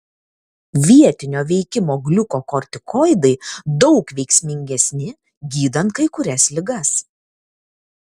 vietinio veikimo gliukokortikoidai daug veiksmingesni gydant kai kurias ligas